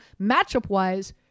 matchup-wise